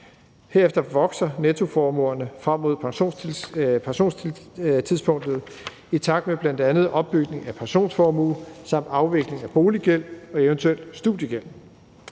Herefter vokser nettoformuerne frem mod pensionstidspunktet i takt med bl.a. opbygning af pensionsformue samt afvikling af boliggæld og eventuel studiegæld.